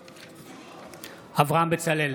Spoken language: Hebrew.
נגד אברהם בצלאל,